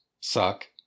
suck